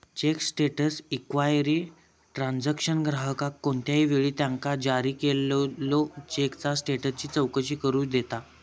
check status enquiry transaction ग्राहकाक कोणत्याही वेळी त्यांका जारी केलेल्यो चेकचा स्टेटसची चौकशी करू देता